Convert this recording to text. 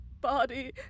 body